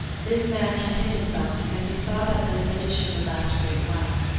this man had hid himself, because he saw that this sedition would last great while.